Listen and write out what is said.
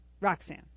Roxanne